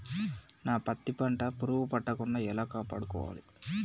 నా పత్తి పంట పురుగు పట్టకుండా ఎలా కాపాడుకోవాలి?